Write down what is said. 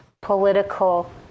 political